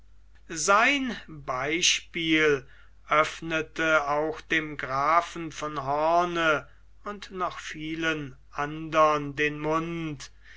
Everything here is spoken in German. sein beispiel öffnete auch dem grafen von hoorn und noch vielen andern den mund